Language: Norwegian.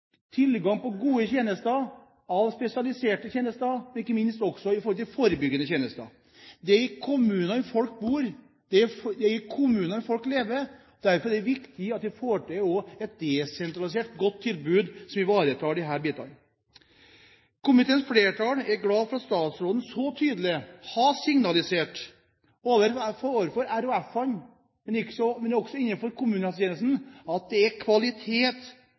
tilgang på gode tjenester, spesialiserte tjenester, og ikke minst også når det gjelder forebyggende tjenester. Det er i kommunene folk bor, det er i kommunene folk lever. Derfor er det viktig at vi også får til et desentralisert, godt tilbud som ivaretar dette. Komiteens flertall er glad for at statsråden så tydelig har signalisert overfor RHF-ene, også innenfor kommunehelsetjenesten, at det er kvalitet